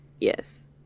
Yes